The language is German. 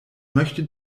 möchte